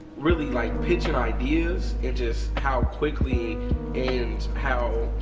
really like pitching ideas and just how quickly and how